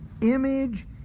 image